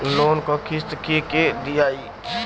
Loan क किस्त के के दियाई?